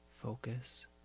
Focus